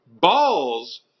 balls